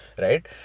right